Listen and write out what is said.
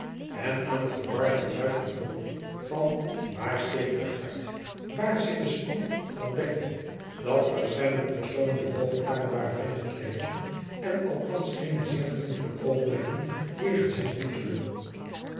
en aan het verwarde geluid en geroep van waar steekt de guit waar zit de spion ontdekte dat verscheidene personen de bovenkamer waren binnengetreden en althands geene zeer vriendelijke oogmerken jegens hem koesterden